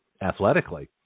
athletically